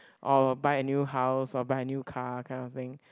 or buy a new house or buy a new car kind of thing